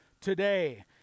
today